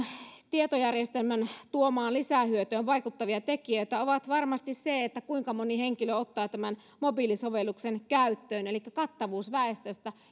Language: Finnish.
tietojärjestelmän tuomaan lisähyötyyn vaikuttavia tekijöitä on varmasti se kuinka moni henkilö ottaa tämän mobiilisovelluksen käyttöön elikkä kattavuus väestöstä